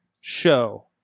show